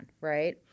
right